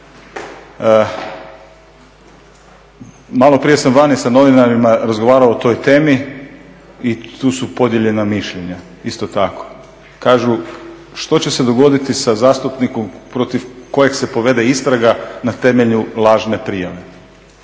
Malo prije sam vani sa novinarima razgovarao o toj temi i tu su podijeljena mišljenja isto tako. Kažu, što će se dogoditi sa zastupnikom protiv kojeg se povede istraga na temelju lažne prijave?